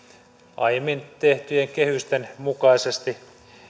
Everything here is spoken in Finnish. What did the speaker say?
aiemmin tehtyjen kehysten mukaisesti